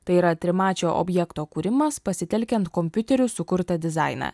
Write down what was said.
tai yra trimačio objekto kūrimas pasitelkiant kompiuteriu sukurtą dizainą